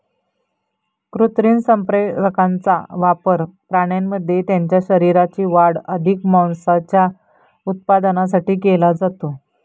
कृत्रिम संप्रेरकांचा वापर प्राण्यांमध्ये त्यांच्या शरीराची वाढ अधिक मांसाच्या उत्पादनासाठी केला जातो